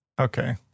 Okay